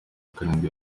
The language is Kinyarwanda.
karindwi